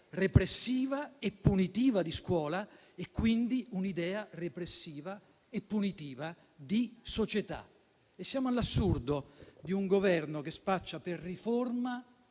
repressiva e punitiva di scuola e quindi un'idea repressiva e punitiva di società. Siamo all'assurdo di un Governo che spaccia per riforma